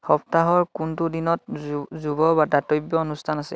সপ্তাহৰ কোনটো দিনত যুৱ দাতব্য অনুষ্ঠান আছে